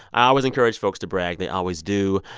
i always encourage folks to brag. they always do.